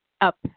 up